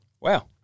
Wow